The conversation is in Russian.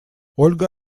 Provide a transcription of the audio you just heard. ольга